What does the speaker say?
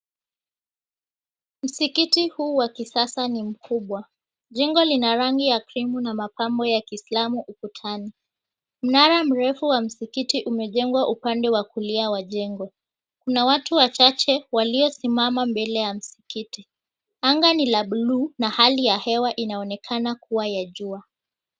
Msikiti huu wa kisasa ni mkubwa. Jengo lina rangi ya krimu na mapambo ya kiislamu ukutani. Mnara mrefu wa msikiti umejengwa upande wa kulia wa jengo. Kuna watu wachache waliosimama mbele ya msikiti. Anga ni la bluu na hali ya hewa inaonekana kuwa ya jua.